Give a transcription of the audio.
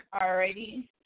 Alrighty